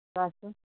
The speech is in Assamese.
চোৱাচোন